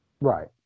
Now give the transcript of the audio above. Right